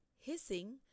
Hissing